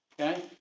okay